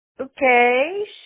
Okay